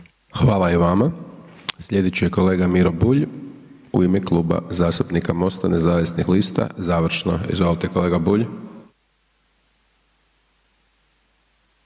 Hvala i vama. Slijedeći je kolega Miro Bulj u ime Kluba zastupnika MOST-a nezavisnih lista, završno, izvolite kolega Bulj.